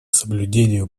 соблюдению